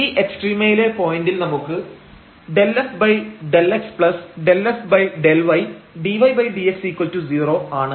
ഈ എക്സ്ട്രീമയിലെ പോയന്റിൽ നമുക്ക് ∂f∂x∂f∂y dydx0 ആണ്